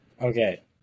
Okay